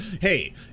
hey